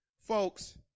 folks